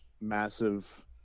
massive